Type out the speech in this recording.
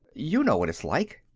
you know what it's like.